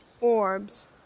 Orbs